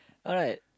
alright